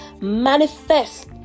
manifest